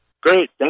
Great